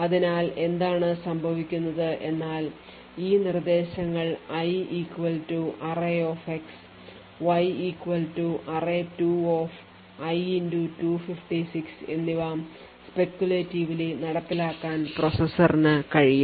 അതിനാൽ എന്താണ് സംഭവിക്കുന്നത് എന്നാൽ ഈ നിർദ്ദേശങ്ങൾ i arrayx y array2i256 എന്നിവ speculatively നടപ്പിലാക്കാൻ പ്രോസസ്സറിന് കഴിയും